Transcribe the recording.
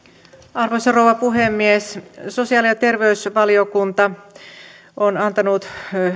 arvoisa rouva puhemies sosiaali ja terveysvaliokunta on antanut